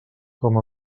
com